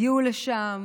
הגיעו לשם